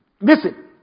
Listen